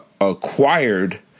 acquired